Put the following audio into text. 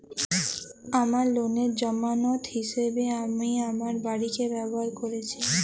আমার লোনের জামানত হিসেবে আমি আমার বাড়িকে ব্যবহার করেছি